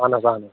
اہن حظ اہن حظ